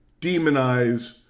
demonize